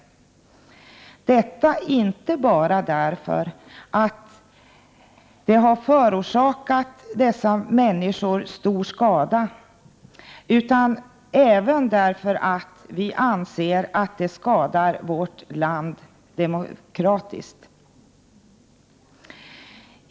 Vi kräver detta inte bara därför att dessa människor förorsakats stor skada utan även därför att vi anser att behandlingen av dessa människor skadar vårt land demokratiskt.